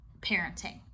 parenting